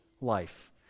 life